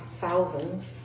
thousands